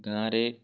ଗାଁରେ